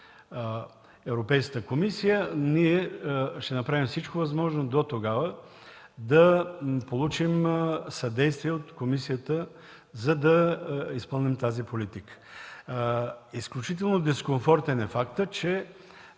Европейската комисия. Ние ще направим всичко възможно дотогава да получим съдействие, за да изпълним тази политика. Изключително дискомфортен е фактът, че